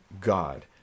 God